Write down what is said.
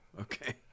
Okay